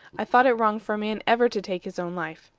i thought it wrong for a man ever to take his own life.